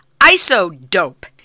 ISO-dope